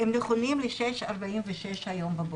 נכונים ל-06:46 היום בבוקר.